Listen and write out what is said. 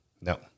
No